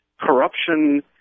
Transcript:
corruption